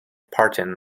parton